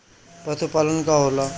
पशुपलन का होला?